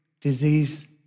disease